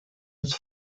its